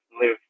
live